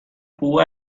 who